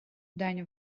дань